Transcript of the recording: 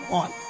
on